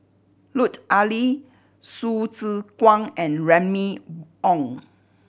Lut Ali Hsu Tse Kwang and Remy Ong